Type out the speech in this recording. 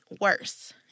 worse